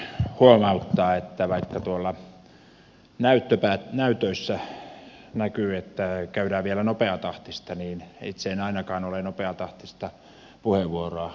haluan huomauttaa että vaikka tuolla näytöissä näkyy että käydään vielä nopeatahtista niin itse en ainakaan ole nopeatahtista puheenvuoroa varannut